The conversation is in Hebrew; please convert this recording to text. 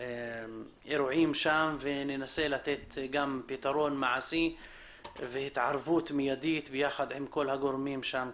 האירועים שם וננסה לתת פתרון מעשי והתערבות מידית יחד עם כל הגורמים שם,